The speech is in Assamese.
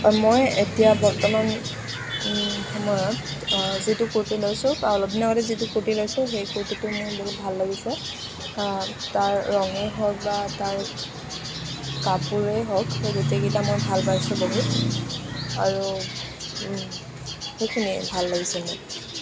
মই এতিয়া বৰ্তমান সময়ত যিটো কূৰ্টি লৈছোঁ বা অলপ দিনৰ আগতে যিটো কূৰ্টি লৈছোঁ সেই কূৰ্টিটো মোৰ বহুত ভাল লাগিছে তাৰ ৰঙে হওক বা তাৰ কাপোৰেই হওক সেই গোটেই কেইটা মই ভাল পাইছোঁ বহুত আৰু সেইখিনিয়ে ভাল লাগিছে মোৰ